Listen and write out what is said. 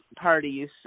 parties